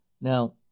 Now